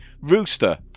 Rooster